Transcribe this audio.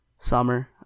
Summer